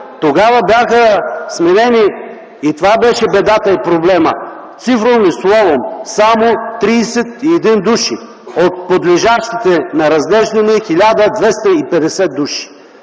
тогава бяха сменени, и това беше бедата и проблема, цифром и словом само 31 души от подлежащите на разглеждане 1250 души.